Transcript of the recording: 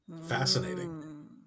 Fascinating